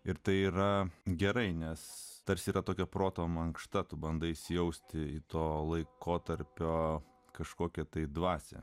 ir tai yra gerai nes tarsi yra tokia proto mankšta tu bandai įsijausti į to laikotarpio kažkokią tai dvasią